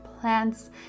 plants